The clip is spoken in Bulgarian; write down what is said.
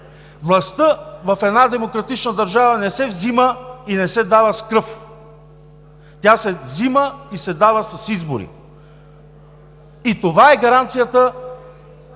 Властта в една демократична държава не се взима и не се дава с кръв, тя се взима и се дава с избори. И това е гаранцията,